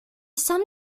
some